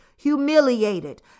humiliated